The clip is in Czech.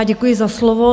Děkuji za slovo.